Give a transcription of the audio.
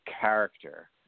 character